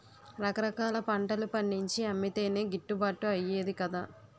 రకరకాల పంటలు పండించి అమ్మితేనే గిట్టుబాటు అయ్యేది కదా